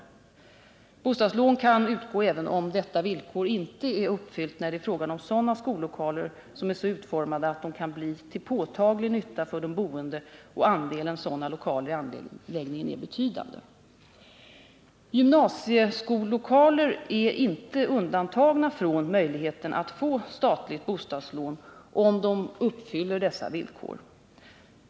Bostadslån kan utgå även om detta villkor inte är uppfyllt, när det är fråga om sådana skollokaler som är så utformade att de kan bli till påtaglig nytta för de boende och andelen sådana lokaler i anläggningen är betydande. Gymnasieskollokaler är inte undantagna från möjligheten att få statligt bostadslån, om de uppfyller dessa villkor.